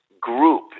group